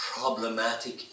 problematic